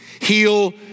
Heal